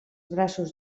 braços